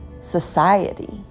society